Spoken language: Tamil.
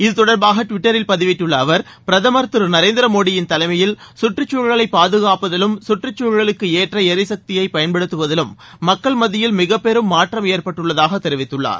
இத்தொடர்பாக டுவிட்டரில் பதிவிட்டுள்ள அவர் பிரதமர் திரு நரேந்திர மோடியின் தலைமையில் கற்றுச்சூழலை பாதுகாப்பதிலும் கற்றுச்சூழலுக்கு ஏற்ற எரிசக்தியை பயன்படுத்துவதிலும் மக்கள் மத்தியில் மிகப்பெரும் மாற்றம் ஏற்பட்டுள்ளதாக தெரிவித்துள்ளார்